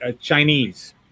Chinese